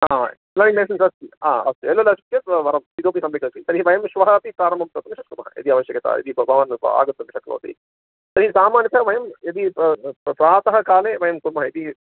learning licence अस्ति अस्तु L L अस्ति चेत् वरं इतोपि सम्यगस्ति तर्हि वयं श्वः अपि आरंभं कर्तुं शक्नुमः इति आवश्यकता इति भवान् आगन्तुं शक्नोति तर्हि सामान्यतः वयं यदि प्रातः काले वयं कुर्मः यदि